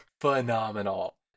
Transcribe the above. Phenomenal